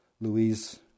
Louise